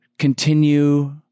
continue